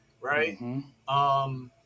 right